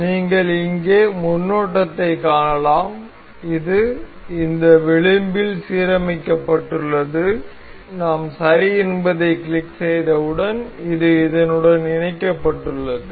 நீங்கள் இங்கே முன்னோட்டத்தைக் காணலாம் இது இந்த விளிம்பில் சீரமைக்கப்பட்டுள்ளது நாம் சரி என்பதைக் கிளிக் செய்தவுடன் இது இதனுடன் இணைக்கப்பட்டுள்ளது